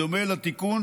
בדומה לתיקון